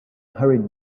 hurried